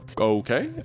okay